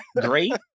great